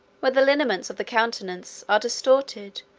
where the lineaments of the countenance are distorted,